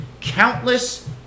countless